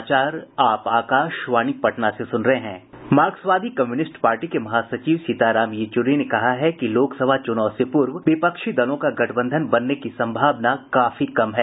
मार्क्सवादी communist party के महासचिव सीताराम येचुरी ने कहा है कि लोकसभा चुनाव से पूर्व विपक्षी दलों का गठबंधन बनने की संभावना काफी कम है